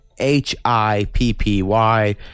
H-I-P-P-Y